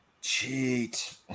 cheat